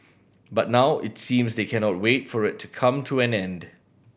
but now it seems they cannot wait for it to come to an end